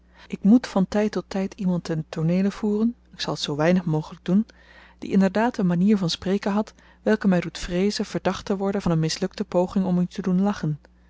ik moet van tyd tot tyd iemand ten tooneele voeren ik zal t zoo weinig mogelyk doen die inderdaad een manier van spreken had welke my doet vreezen verdacht te worden van een mislukte poging om u te doen lachen